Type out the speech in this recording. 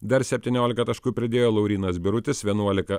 dar septyniolika taškų pridėjo laurynas birutis vienuolika